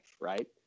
right